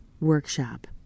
workshop